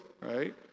right